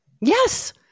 Yes